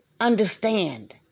understand